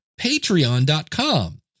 Patreon.com